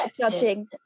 judging